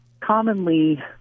commonly